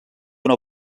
una